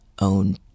own